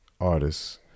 artists